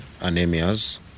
anemias